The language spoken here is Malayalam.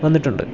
വന്നിട്ടുണ്ട്